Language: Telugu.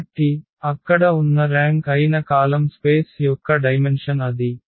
కాబట్టి అక్కడ ఉన్న ర్యాంక్ అయిన కాలమ్ స్పేస్ యొక్క డైమెన్షన్ అది